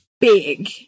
big